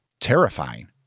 terrifying